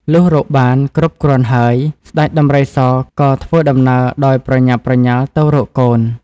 លុះរកបាន គ្រប់គ្រាន់ហើយ ស្តេចដំរីសក៏ធ្វើដំណើរដោយប្រញាប់ប្រញាល់ទៅរកកូន ។